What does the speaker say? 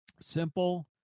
simple